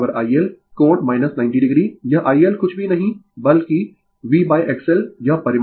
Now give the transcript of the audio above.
यह IL कुछ भी नहीं बल्कि V XL यह परिमाण है